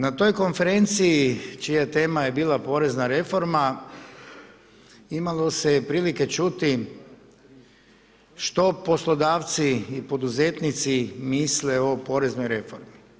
Na toj konferenciji čija tema je bila porezna reforma imalo se je prilike čuti što poslodavci i poduzetnici misle o poreznoj reformi.